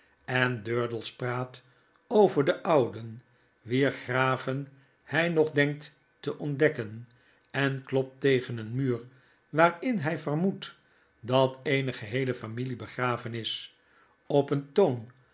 en durdels praat over de ouden wier graven hy nog denkt te ontdekken en klopt tegen een muur waarin hy vermoedt dat eene geheele familie begraven is op een toon